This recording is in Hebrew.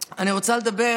אני רוצה לדבר